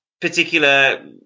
particular